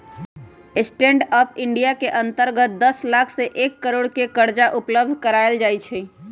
stand up India के अंतर्गत दस लाख से एक करोड़ के करजा उपलब्ध करायल जाइ छइ